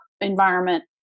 environment